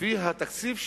לפי התקציב,